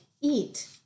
eat